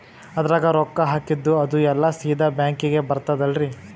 ಅದ್ರಗ ರೊಕ್ಕ ಹಾಕಿದ್ದು ಅದು ಎಲ್ಲಾ ಸೀದಾ ಬ್ಯಾಂಕಿಗಿ ಬರ್ತದಲ್ರಿ?